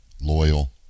loyal